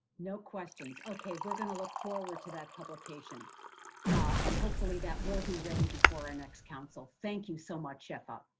no questions. okay. we're going to look forward to that publication and hopefully that will be ready before our next council, thank you so much, shefa.